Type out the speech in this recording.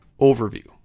Overview